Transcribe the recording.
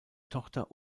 tochter